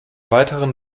weiteren